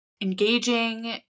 engaging